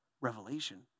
revelation